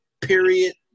period